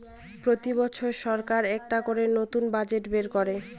প্রতি বছর সরকার একটা করে নতুন বাজেট বের করে